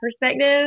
perspective